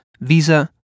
Visa